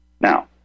Now